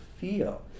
feel